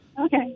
Okay